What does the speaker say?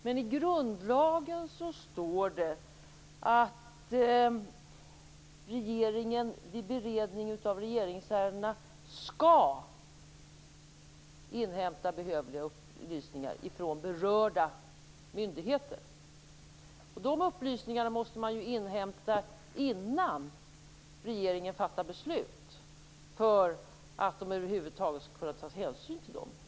Men i grundlagen står det att regeringen vid beredning av regeringsärendena skall inhämta behövliga upplysningar från berörda myndigheter. De upplysningarna måste inhämtas innan regeringen fattar beslut för att man över huvud taget skall kunna ta hänsyn till dem.